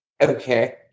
Okay